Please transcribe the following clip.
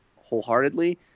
wholeheartedly